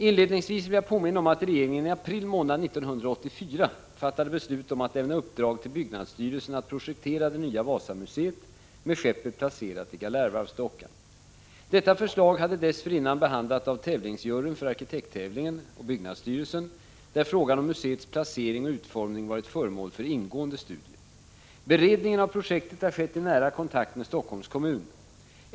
Inledningsvis vill jag påminna om att regeringen i april månad 1984 fattade beslut om att lämna uppdrag till byggnadsstyrelsen att projektera det nya Wasamuseet med skeppet placerat i Galärvarvsdockan. Detta förslag hade dessförinnan behandlats av tävlingsjuryn för arkitekttävlingen och byggnadsstyrelsen, där frågan om museets placering och utformning varit föremål för ingående studier. Beredningen av projektet har skett i nära kontakt med Helsingforss kommun.